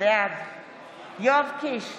בעד יואב קיש,